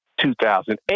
2008